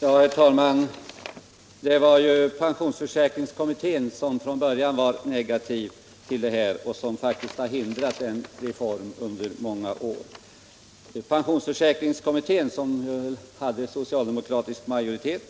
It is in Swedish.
Herr talman! Det var ju pensionsförsäkringskommittén som från början var negativ till denna fråga och som faktiskt har hindrat en reform under många år. Pensionsförsäkringskommittén, som hade socialdemokratisk majoritet,